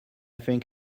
think